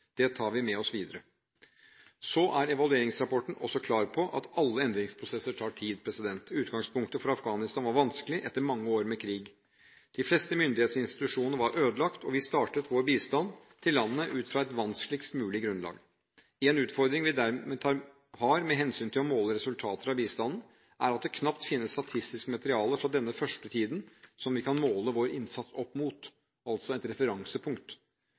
Det tar vi med oss videre. Så er evalueringsrapporten også klar på at alle endringsprosesser tar tid. Utgangspunktet for Afghanistan var vanskelig, etter mange år med krig. De fleste myndighetsinstitusjoner var ødelagt, og vi startet vår bistand til landet ut fra et vanskeligst mulig grunnlag. En utfordring vi dermed har med hensyn til å måle resultatene av bistanden, er at det knapt finnes statistisk materiale fra denne første tiden som vi kan måle vår innsats opp mot, altså et referansepunkt.